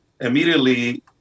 immediately